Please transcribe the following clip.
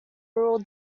rural